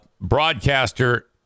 broadcaster